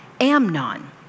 Amnon